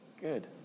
Good